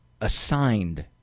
Assigned